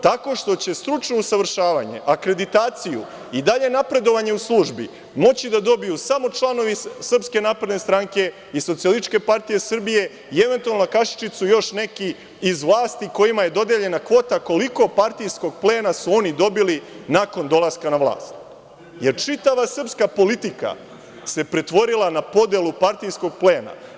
Tako što će stručno usavršavanje, akreditaciju i dalje napredovanje u službi moći da dobiju samo članovi SNS i SPS i eventualno na kašičicu još neki iz vlasti kojima je dodeljena kvota koliko partijskog plena su oni dobili nakon dolaska na vlast, jer čitava srpska politika se pretvorila na podelu partijskog plena.